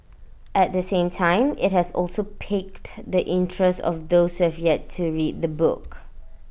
at the same time IT has also piqued the interest of those who have yet to read the book